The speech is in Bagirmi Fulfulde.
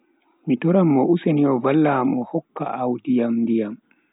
Mi toran mo useni o valla am o hokka audi am ndiyam.